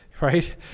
right